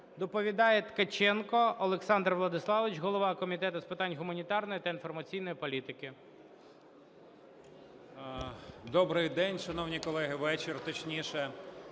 Доповідає Ткаченко Олександр Владиславович – голова Комітету з питань гуманітарної та інформаційної політики.